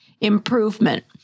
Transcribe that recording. improvement